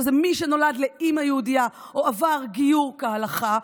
שזה מי שנולד לאימא יהודייה או עבר גיור כהלכה.